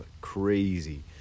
crazy